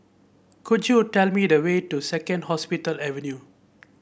could you tell me the way to Second Hospital Avenue